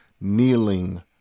kneeling